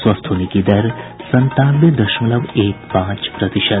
स्वस्थ होने की दर संतानवे दशमलव एक पांच प्रतिशत